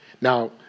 Now